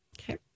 Okay